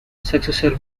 successor